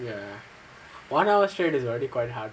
ya one hour straight is already quite hard